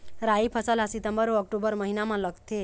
राई फसल हा सितंबर अऊ अक्टूबर महीना मा लगथे